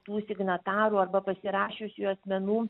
tų signatarų arba pasirašiusiųjų asmenų